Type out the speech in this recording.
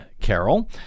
Carol